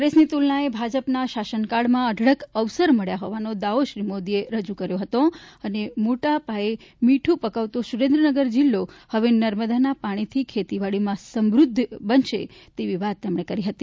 કોંગ્રેસની તૂલનાએ ભાજપના શાસનકાળમાં અઢળક અવસર મળ્યા હોવાનો દાવો શ્રી મોદીએ રજુ કર્યો હતો અને મોટાપાયે મીઠુ પકવતો સુરેન્દ્રનગર જિલ્લો હવે નર્મદાના પાણીથી ખેતીવાડીમાં સમુદ્ધ બનશે તેવી વાત પણ તેમણે કરી હતી